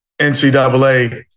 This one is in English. NCAA